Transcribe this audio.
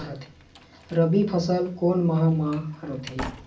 रबी फसल कोन माह म रथे?